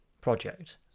project